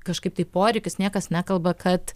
kažkaip tai poreikius niekas nekalba kad